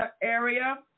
area